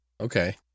Okay